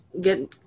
get